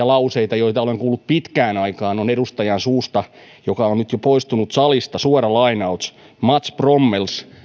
lauseista joita olen kuullut pitkään aikaan on edustajan suusta joka on nyt jo poistunut salista mats brommels